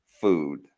food